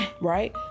Right